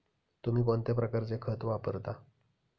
तुम्ही कोणत्या प्रकारचे खत वापरता?